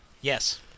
Yes